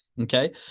Okay